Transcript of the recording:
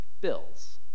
bills